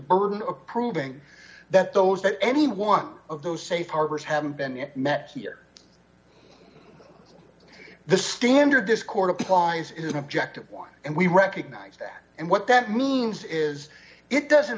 burden of proving that those that any one of those safe harbors haven't been yet met here the standard this court applies is an objective one and we recognize that and what that means is it doesn't